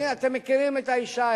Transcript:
אתם מכירים את האשה,